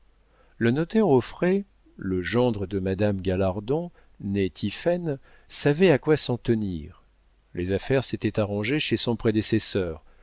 le notaire auffray le gendre de madame galardon née tiphaine savait à quoi s'en tenir les affaires s'étaient arrangées chez son prédécesseur